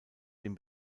den